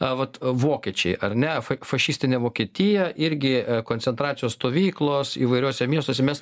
vat vokiečiai ar ne fa fašistinė vokietija irgi koncentracijos stovyklos įvairiuose miestuose mes